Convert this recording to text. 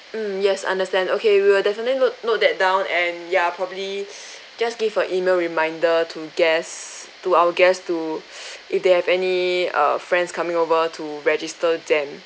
mm yes understand okay we will definitely note note that down and ya probably just give a email reminder to guest to our guests to if they have any err friends coming over to register them